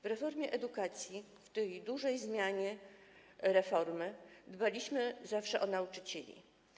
W reformie edukacji, w tej dużej zmianie, dbaliśmy zawsze o nauczycieli.